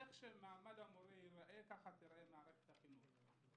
איך שמעמד המורה ייראה, כך תיראה מערכת החינוך.